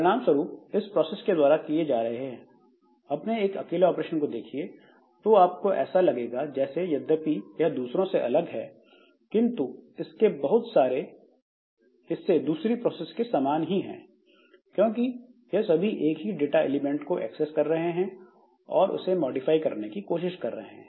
परिणाम स्वरूप इस प्रोसेस के द्वारा किए जा रहे है अपने एक अकेले ऑपरेशन को देखिए तो आपको ऐसा लगेगा जैसे यद्यपि यह दूसरों से अलग है किंतु इसके बहुत सारे हिस्से दूसरी प्रोसेस के समान ही है क्योंकि यह सभी एक ही डाटा एलिमेंट को एक्सेस कर रहे हैं और उसे मॉडिफाई करने की कोशिश कर रहे हैं